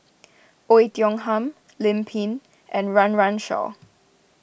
Oei Tiong Ham Lim Pin and Run Run Shaw